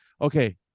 okay